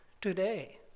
today